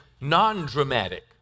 non-dramatic